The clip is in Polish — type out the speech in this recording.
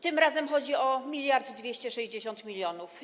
Tym razem chodzi o 1260 mln.